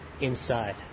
inside